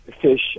fish